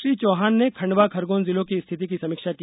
श्री चौहान ने खंडवा खरगोन जिलों की स्थिति की समीक्षा की